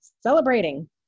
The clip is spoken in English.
Celebrating